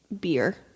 beer